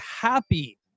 happy